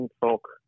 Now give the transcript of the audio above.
Folk